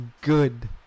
good